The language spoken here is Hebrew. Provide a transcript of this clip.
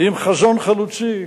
עם חזון חלוצי,